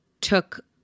took